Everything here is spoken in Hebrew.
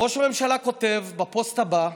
ראש הממשלה כותב בפוסט הבא: